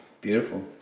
Beautiful